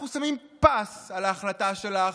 אנחנו שמים פס על ההחלטה שלך.